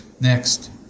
Next